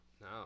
No